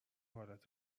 حالت